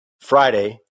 Friday